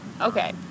Okay